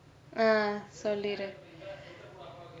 ஆ சொல்லிரு:aa solliru